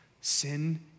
Sin